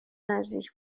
نزدیک